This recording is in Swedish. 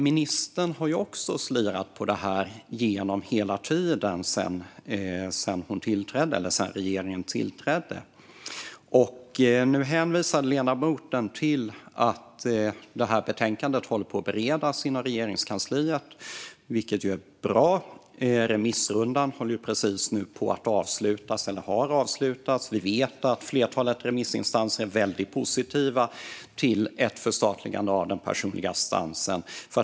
Ministern har också slirat på detta ända sedan regeringen tillträdde. Ledamoten hänvisar till att betänkandet nu bereds i Regeringskansliet, vilket är bra. Remissrundan har precis avslutats. Vi vet att flertalet remissinstanser är väldigt positiva till ett förstatligande av den personliga assistansen.